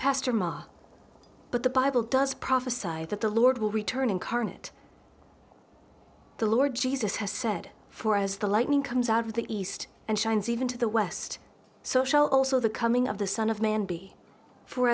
pastor ma but the bible does prophesied that the lord will return incarnate the lord jesus has said for as the lightning comes out of the east and shines even to the west social also the coming of the son of man be for